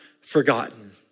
forgotten